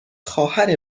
خواهر